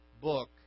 book